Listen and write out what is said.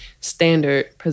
standard